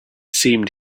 seemed